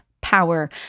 power